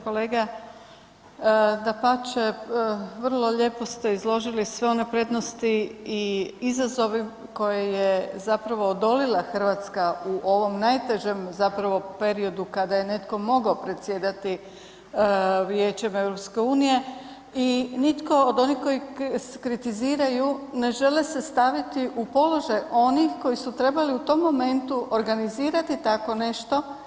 Kolega, dapače, vrlo lijepo ste izložili sve one prednosti i izazove koje je zapravo odolila Hrvatska u ovom najtežem zapravo periodu kada je netko mogao predsjedati Vijećem EU i nitko od onih koji kritiziraju ne žele se staviti u položaj onih koji su trebali u tom momentu organizirati tako nešto.